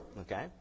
okay